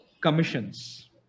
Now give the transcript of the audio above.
commissions